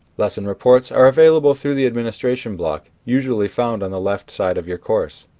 lesson reports are available through the administration block usually found on the left side of your course.